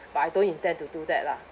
but I don't intend to do that lah